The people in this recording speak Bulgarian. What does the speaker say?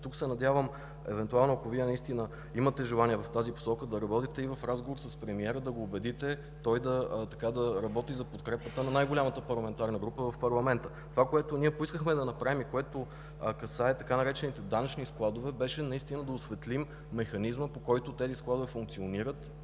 Надявам се евентуално, ако Вие наистина имате желание да работите в тази посока, в разговор с премиера, да го убедите да работи за подкрепата на най-голямата парламентарна група в парламента. Това, което поискахме да направим, и което касае така наречените данъчни складове, беше наистина да осветлим механизма, по който тези складове функционират,